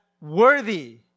worthy